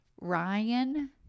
Ryan